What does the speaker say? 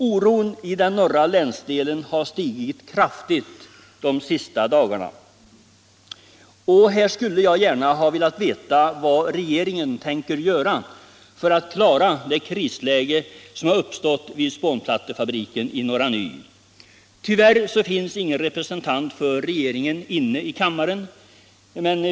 Oron i den norra länsdelen har stigit kraftigt de sista dagarna, och här skulle jag gärna velat veta vad regeringen tänker göra för att klara det krisläge som har uppstått vid spånplattefabriken i Norra Ny. Tyvärr är ingen representant för regeringen inne i kammaren nu.